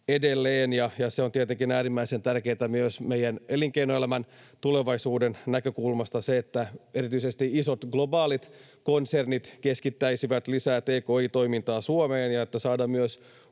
edelleen, ja se on tietenkin äärimmäisen tärkeätä myös meidän elinkeinoelämän tulevaisuuden näkökulmasta, että erityisesti isot globaalit konsernit keskittäisivät lisää tki-toimintaa Suomeen ja että saadaan myös